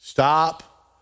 Stop